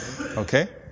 okay